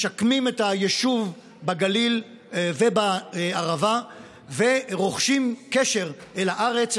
משקמים את היישוב בגליל ובערבה ורוכשים קשר אל הארץ,